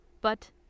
But